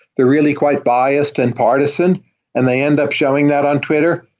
they're really quite biased and partisan and they end up showing that on twitter.